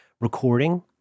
recording